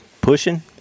pushing